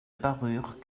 parurent